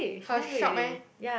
her shop meh